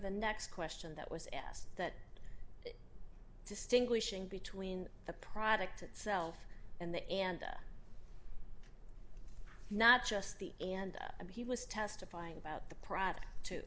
the next question that was asked that distinguishing between the product itself and the end that not just the and that he was testifying about the pr